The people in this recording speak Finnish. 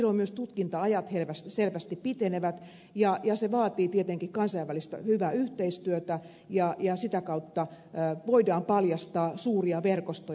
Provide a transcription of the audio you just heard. silloin myös tutkinta ajat selvästi pitenevät ja se vaatii tietenkin kansainvälistä hyvää yhteistyötä ja sitä kautta voidaan paljastaa suuria verkostoja